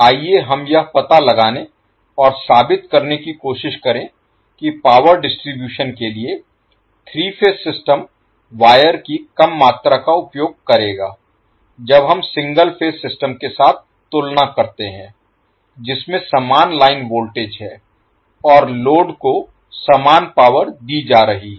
आइए हम यह पता लगाने और साबित करने की कोशिश करें कि पावर डिस्ट्रीब्यूशन के लिए 3 फेज सिस्टम वायर की कम मात्रा का उपयोग करेगा जब हम सिंगल फेज सिस्टम के साथ तुलना करते हैं जिसमें समान लाइन वोल्टेज है और लोड को समान पावर दी जा रही है